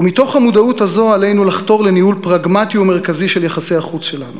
ומתוך המודעות הזו עלינו לחתור לניהול פרגמטי ומרכזי של יחסי החוץ שלנו,